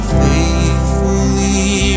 faithfully